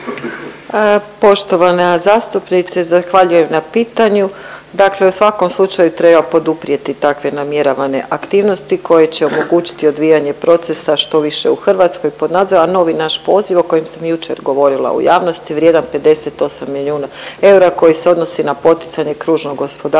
Poštovana zastupnice zahvaljujem na pitanju. Dakle, u svakom slučaju treba poduprijeti takve namjeravane aktivnosti koje će omogućiti odvijanje procesa štoviše u Hrvatskoj …/Govornica se ne razumije./… a novi naš poziv o kojem sam jučer govorila u javnosti vrijedan 58 milijuna eura koji se odnosi na poticanje kružnog gospodarstva